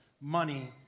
money